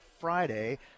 Friday